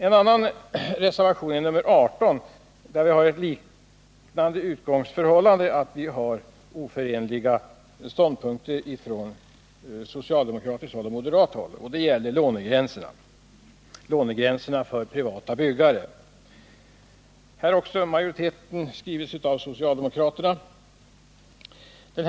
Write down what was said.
När det gäller reservationen 18 har vi ett likartat utgångsförhållande, dvs. det föreligger oförenliga ståndpunkter på socialdemokratiskt och moderat håll. Det gäller frågan om lånegränserna för privata byggare. Också beträffande detta avsnitt av betänkandet svarar socialdemokraterna för majoritetsskrivningen.